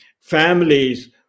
families